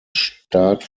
start